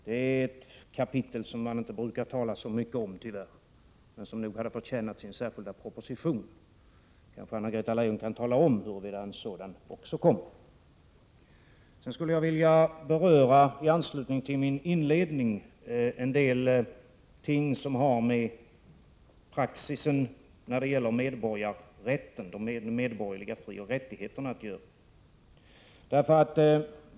Det är ett kapitel som man inte brukar tala så mycket om, tyvärr, men som nog hade förtjänat sin särskilda proposition. Anna-Greta Leijon kan kanske tala om huruvida en sådan också kommer. Sedan skulle jag i anslutning till min inledning vilja beröra en del ting som har med praxis när det gäller de medborgerliga frioch rättigheterna att göra.